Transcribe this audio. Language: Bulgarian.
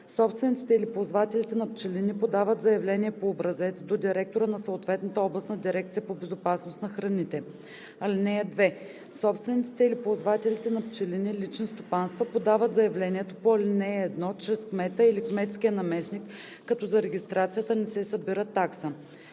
Собствениците или ползвателите на пчелини подават заявление по образец до директора на съответната Областна дирекция по безопасност на храните. (2) Собствениците или ползвателите на пчелини – лични стопанства, подават заявлението по ал. 1 чрез кмета или кметския наместник, като за регистрацията не се събира такса.